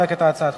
גם את המבטים שלך.